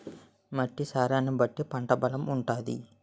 మట్టి సారాన్ని బట్టి పంట బలం ఉంటాది